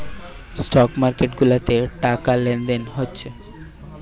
stock market গুলাতে টাকা লেনদেন হচ্ছে